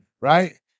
Right